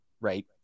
right